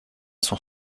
son